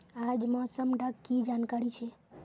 आज मौसम डा की जानकारी छै?